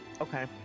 okay